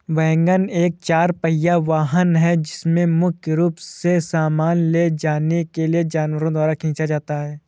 wagon एक चार पहिया वाहन है जिसे मुख्य रूप से सामान ले जाने के लिए जानवरों द्वारा खींचा जाता है